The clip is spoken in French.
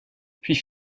puis